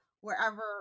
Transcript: wherever